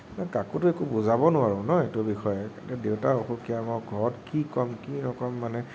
মানে কাকোতো একো বুজাব নোৱাৰোঁ ন এইটো বিষয়ে তাতে দেউতা অসুখীয়া মই ঘৰত কি ক'ম কি নক'ম মানে